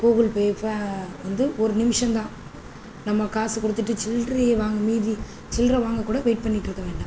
Google Pay வந்து ஒரு நிமிஷம்தான் நம்ம காசு கொடுத்துட்டு சில்லறைய வாங்கி மீதி சில்லறை வாங்கக்கூட வெயிட் பண்ணிகிட்டு இருக்க வேண்டாம்